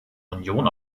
union